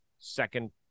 second